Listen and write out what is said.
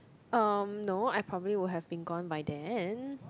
um no I probably would have been gone by then